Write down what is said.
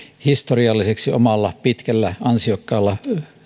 historialliseksi omalla pitkällä ansiokkaalla